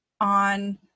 on